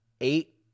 Eight